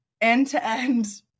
end-to-end